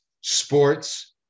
sports